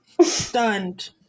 Stunned